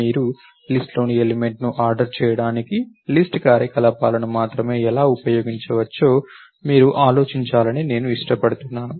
మీరు లిస్ట్ లోని ఎలిమెంట్ల ను ఆర్డర్ చేయడానికి లిస్ట్ కార్యకలాపాలను మాత్రమే ఎలా ఉపయోగించవచ్చో మీరు ఆలోచించాలని నేను ఇష్టపడుతున్నాను